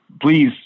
please